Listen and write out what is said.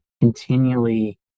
continually